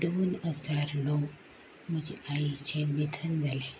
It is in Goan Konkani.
दोन हजार णव म्हजे आईचें निधन जालें